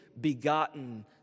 begotten